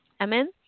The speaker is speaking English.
amen